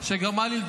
את